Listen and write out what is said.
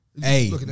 Hey